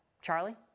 Charlie